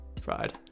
Fried